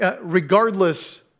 regardless